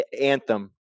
Anthem